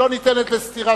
שלא ניתנת לסתירה,